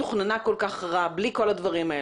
תוכננה כל כך רע בלי כל הדברים האלה?